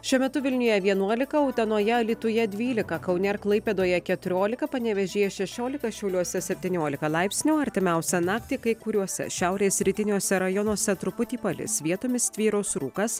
šiuo metu vilniuje vienuolika utenoje alytuje dvylika kaune ir klaipėdoje keturiolika panevėžyje šešiolika šiauliuose septyniolika laipsnių artimiausią naktį kai kuriuose šiaurės rytiniuose rajonuose truputį palis vietomis tvyros rūkas